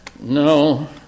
No